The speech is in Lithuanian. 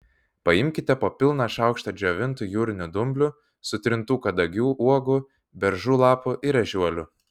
paimkite po pilną šaukštą džiovintų jūrinių dumblių sutrintų kadagių uogų beržų lapų ir ežiuolių